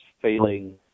failing